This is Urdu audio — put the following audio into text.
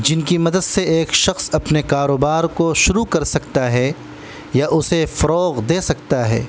جن کی مدد سے ایک شخص اپنے کاروبار کو شروع کر سکتا ہے یا اسے فروغ دے سکتا ہے